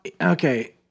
okay